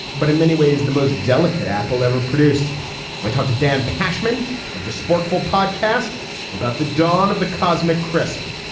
but in many ways the most delicate apple ever produced i talked to dan pashman of the sporkful podcast about the dawn of the cosmic crisp,